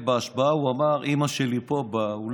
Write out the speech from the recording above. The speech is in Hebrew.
בהשבעה הוא אמר: אימא שלי פה באולם,